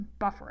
buffering